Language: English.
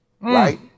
right